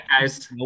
guy's